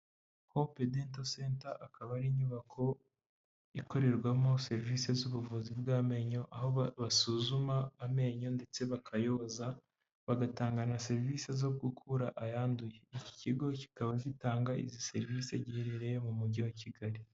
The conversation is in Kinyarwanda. Hope dento senta akaba ari inyubako ikorerwamo serivisi z'ubuvuzi bw'amenyo, aho basuzuma amenyo ndetse bakayoza, bagatanga na serivisi zo gugura ayanduye, iki kigo kikaba zitanga izi serivisi giherereye mu mujyi wa Kigali.